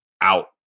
out